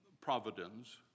providence